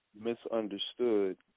misunderstood